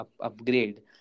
upgrade